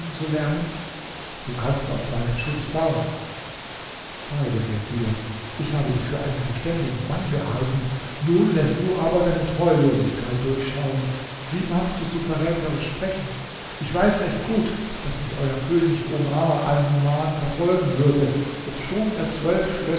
du kannst auf meinen schutz bauen bei dem messias ich habe dich für einen verständigen mann gehalten nun läßt du aber deine treulosigkeit durchschauen wie magst du so verräterisch sprechen ich weiß recht gut daß mich euer könig omar alnuman verfolgen würde obschon er